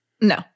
No